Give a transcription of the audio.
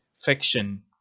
fiction